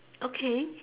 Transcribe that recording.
okay